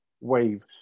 waves